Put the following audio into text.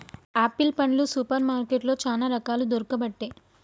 apple పండ్లు super మార్కెట్లో చానా రకాలు దొరుకబట్టె